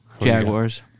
Jaguars